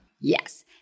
Yes